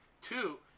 Two